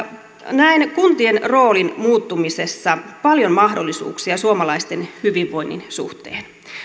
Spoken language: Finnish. näen kuntien roolin muuttumisessa paljon mahdollisuuksia suomalaisten hyvinvoinnin suhteen